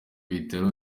bitaro